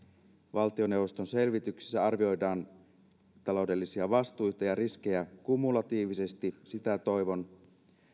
valtioneuvoston selvityksessä arvioidaan taloudellisia vastuita ja riskejä kumulatiivisesti sitä toivon